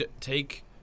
take